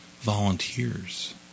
volunteers